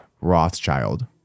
Rothschild